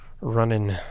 running